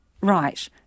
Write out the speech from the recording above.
Right